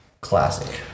Classic